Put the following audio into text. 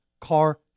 car